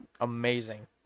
amazing